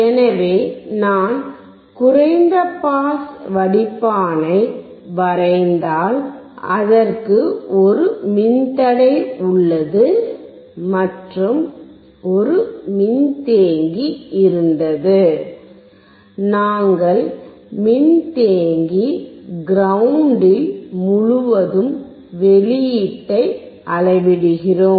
எனவே நான் குறைந்த பாஸ் வடிப்பானை வரைந்தால் அதற்கு ஒரு மின்தடை உள்ளது மற்றும் ஒரு மின்தேக்கி இருந்தது நாங்கள் மின்தேக்கி கிரௌண்டில் முழுதும் வெளியீட்டை அளவிடுகிறோம்